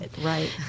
Right